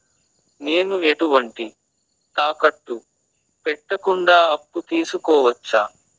నేను ఎటువంటి తాకట్టు పెట్టకుండా అప్పు తీసుకోవచ్చా?